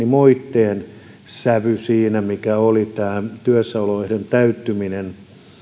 moitteen sävystä siinä mikä oli tämä työssäoloehdon täyttyminen